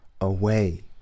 away